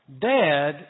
dad